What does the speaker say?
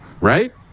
right